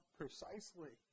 precisely